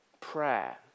prayer